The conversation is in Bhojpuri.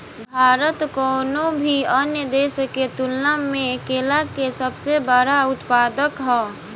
भारत कउनों भी अन्य देश के तुलना में केला के सबसे बड़ उत्पादक ह